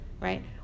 right